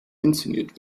inszeniert